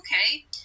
okay